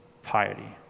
piety